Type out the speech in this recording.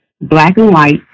black-and-white